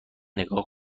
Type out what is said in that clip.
نگاه